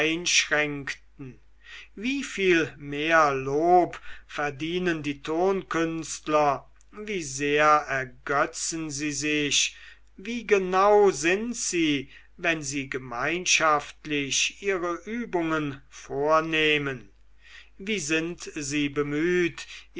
einschränkten wieviel mehr lob verdienen die tonkünstler wie sehr ergetzen sie sich wie genau sind sie wenn sie gemeinschaftlich ihre übungen vornehmen wie sind sie bemüht